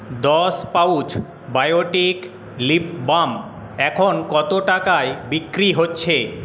দশ pouch Biotique lip balm এখন কত টাকায় বিক্রি হচ্ছে